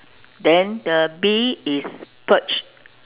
then the bee is perched